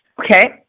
Okay